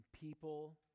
people